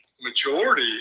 majority